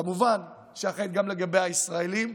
כמובן שהיא אחראית גם לגבי הישראלים.